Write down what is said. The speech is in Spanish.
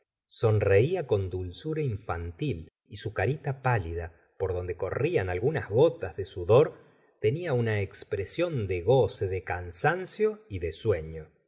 sonreía con dulzura infantil y su carita pálida por donde corrían algunas gotas de sudor tenía una espresión de goce de cansancio y de sueno